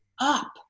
up